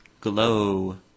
Glow